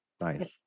nice